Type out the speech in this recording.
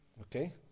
Okay